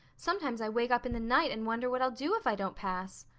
sometimes i wake up in the night and wonder what i'll do if i don't pass.